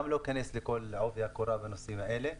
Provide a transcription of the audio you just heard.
גם לא אכנס לכל עובי הקורה בנושאים האלה.